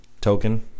token